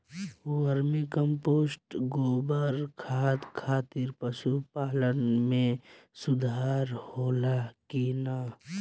Vermi compost गोबर खाद खातिर पशु पालन में सुधार होला कि न?